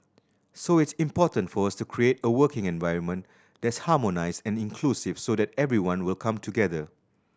so it's important for us to create a working environment that's harmonised and inclusive so that everyone will come together